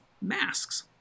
masks